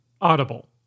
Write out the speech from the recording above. Audible